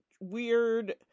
Weird